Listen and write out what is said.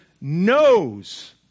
knows